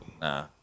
Nah